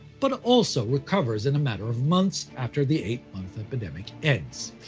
but also recovers in a matter of months after the eight month epidemic ends.